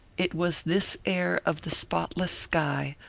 it was this air of the spotless sky,